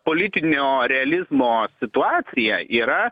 politinio realizmo situaciją yra